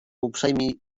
uprzejmi